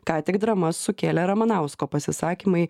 ką tik dramas sukėlė ramanausko pasisakymai